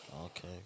Okay